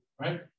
right